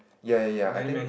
ya ya ya I think